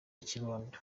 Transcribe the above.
kibondo